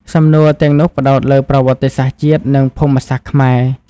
សំណួរទាំងនោះផ្តោតលើ ប្រវត្តិសាស្ត្រជាតិ និង ភូមិសាស្ត្រខ្មែរ។